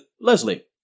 Leslie